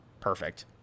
perfect